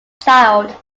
child